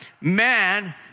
man